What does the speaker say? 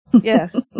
yes